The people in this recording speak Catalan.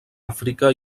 àfrica